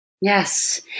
Yes